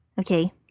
Okay